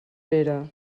pere